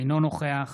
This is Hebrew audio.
אינו נוכח